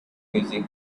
music